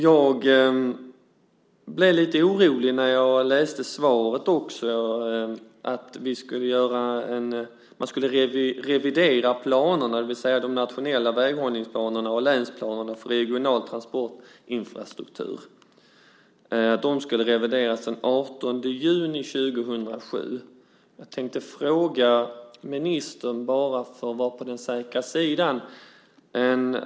Jag blev också lite orolig när jag läste i svaret att vi skulle revidera planerna, det vill säga de nationella väghållningsplanerna och länsplanerna för regional transportinfrastruktur, den 18 juni 2007. Jag tänkte fråga ministern en sak bara för att vara på den säkra sidan.